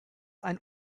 ein